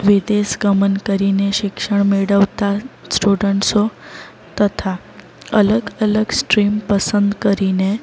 વિદેશગમન કરીને શિક્ષણ મેળવતા સ્ટુડન્ટ્સો તથા અલગ અલગ સ્ટ્રીમ પસંદ કરીને